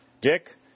Dick